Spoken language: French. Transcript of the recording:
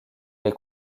les